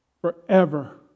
forever